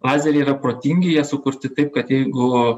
lazeriai yra protingi jie sukurti taip kad jeigu